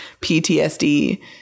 PTSD